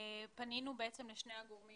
פנינו לשני הגורמים